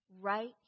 right